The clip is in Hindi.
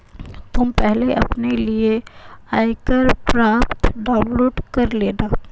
तुम पहले अपने लिए आयकर प्रपत्र डाउनलोड कर लेना